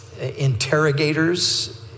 interrogators